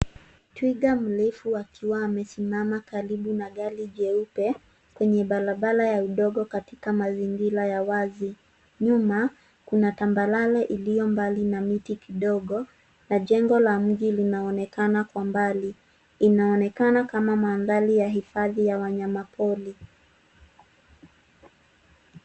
Twiga mrefu akiwa amesimama karibu na gari jeupe kwenye barabara ya udongo katika mazingira ya wazi. Nyuma kuna tambarare iliyo mbali na miti kidogo na jengo la mji linaonekana kwa mbali. Inaonekana kama mandhari ya hifadhi ya wanyamapori.